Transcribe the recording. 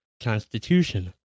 Constitution